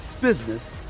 business